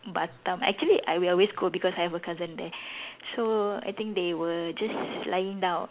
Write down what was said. Batam actually I we always go because I have a cousin there so I think they were just lying down